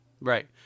Right